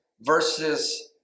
versus